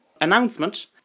announcement